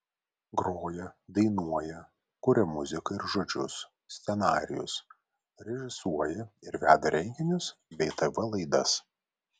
groja dainuoja kuria muziką ir žodžius scenarijus režisuoja ir veda renginius bei tv laidas